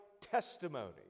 testimony